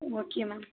okay ma'am